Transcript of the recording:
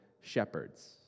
shepherds